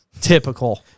Typical